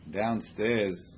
downstairs